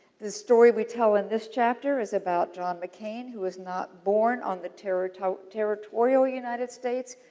the story we tell in this chapter is about john mccain who was not born on the territorial territorial united states,